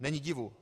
Není divu.